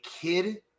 kid